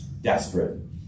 desperate